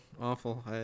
awful